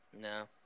No